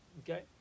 Okay